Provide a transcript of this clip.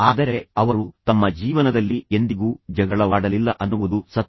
ಆದರೆ ಅವರು ತಮ್ಮ ಜೀವನದಲ್ಲಿ ಎಂದಿಗೂ ಜಗಳವಾಡಲಿಲ್ಲ ಅನ್ನುವುದು ಸತ್ಯ